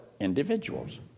individuals